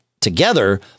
together